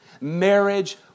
Marriage